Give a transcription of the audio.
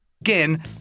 again